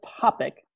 topic